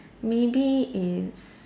maybe it's